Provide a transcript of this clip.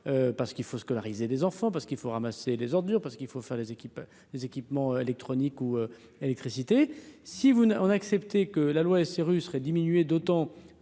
parce qu'il faut scolariser des enfants parce qu'il faut ramasser des ordures parce qu'il faut faire les équipes, les équipements électroniques ou électricité si vous ne on a accepté que la loi SRU serait diminuée d'autant,